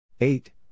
eight